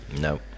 no